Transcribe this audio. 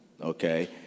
Okay